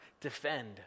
defend